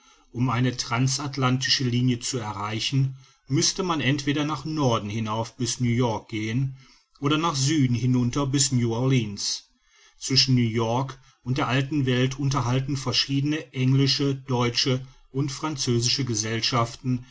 um eine transatlantische linie zu erreichen müßte man entweder nach norden hinauf bis new-york gehen oder nach süden hinunter bis new orleans zwischen new-york und der alten welt unterhalten verschiedene englische deutsche und französische gesellschaften